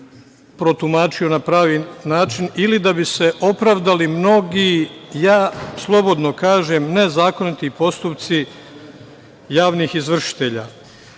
protumačio na pravi način ili da bi se opravdali mnogi, ja slobodno kažem, nezakoniti postupci javnih izvršitelja. Ovo